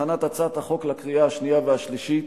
הכנת הצעת החוק לקריאה השנייה והשלישית,